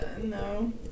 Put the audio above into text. no